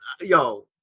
yo